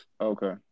Okay